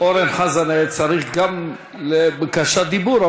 לאורן חזן גם הייתה בקשת דיבור,